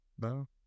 No